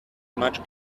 much